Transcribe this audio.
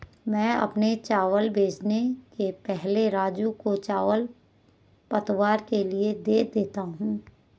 मैं अपने चावल बेचने के पहले राजू को चावल पतवार के लिए दे देता हूं